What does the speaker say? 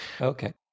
Okay